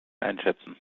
einschätzen